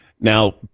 Now